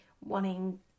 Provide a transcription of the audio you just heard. wanting